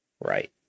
Right